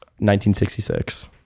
1966